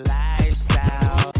lifestyle